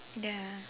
ya